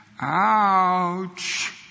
Ouch